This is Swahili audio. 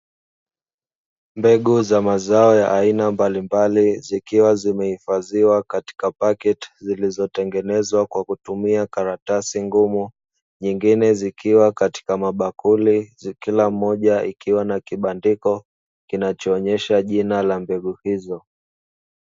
Mbegu za mazao ya aina mbalimbali, zikiwa zimehifadhiwa katika pakiti zilizotengenezwa kwa kutumia karatasi ngumu, nyingine zikiwa katika mabakuli kila moja ikiwa na kibandiko kinachoonyesha jina la mbegu hizo.